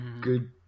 good